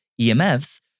EMFs